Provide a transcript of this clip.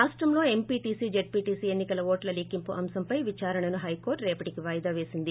రాష్టంలో MPTC ZPTC ఎన్ని కల ఓట్ల లెక్కింపు అంశంపై విదారణను హైకోర్టు రేపటికి వాయిదా పేసింది